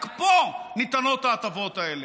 רק פה ניתנות ההטבות האלה.